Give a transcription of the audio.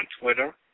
Twitter